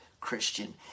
Christian